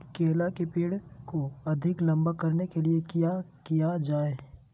केला के पेड़ को अधिक लंबा करने के लिए किया किया जाए?